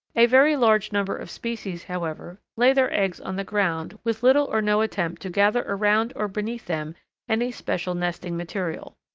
a very large number of species, however, lay their eggs on the ground with little or no attempt to gather around or beneath them any special nesting material.